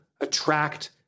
attract